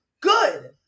good